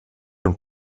und